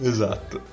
Esatto